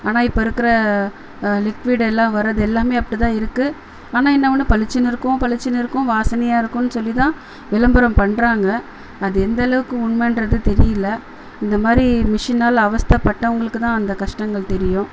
ஆனால் இப்போ இருக்கிற லிக்விட் எல்லாம் வரது எல்லாமே அப்படிதான் இருக்கும் ஆனால் என்ன ஒன்று பளிச்சுன்னு இருக்கும் பளிச்சுன்னு இருக்கும் வாசனையாக இருக்கும்னு சொல்லி தான் விளம்பரம் பண்ணுறாங்க அது எந்தளவுக்கு உண்மைன்றது தெரியல இந்தமாதிரி மிஷின்னாலே அவஸ்த்தைப்பட்டவங்களுக்கு தான் அந்த கஷ்டங்கள் தெரியும்